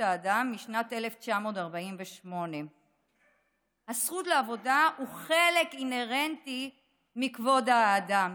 האדם משנת 1948. הזכות לעבודה היא חלק אינהרנטי מכבוד האדם.